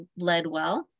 Ledwell